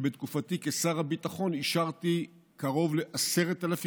מזה שבתקופתי כשר הביטחון אישרתי קרוב ל-10,000